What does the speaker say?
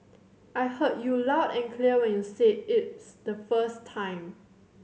I heard you loud and clear when you said it's the first time